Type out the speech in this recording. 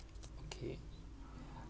okay